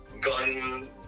gun